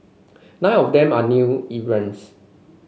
nine of them are new